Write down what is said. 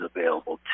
available